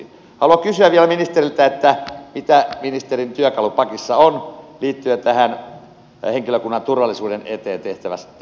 haluan kysyä vielä ministeriltä mitä ministerin työkalupakissa on liittyen tähän henkilökunnan turvallisuuden eteen tehtävään työhön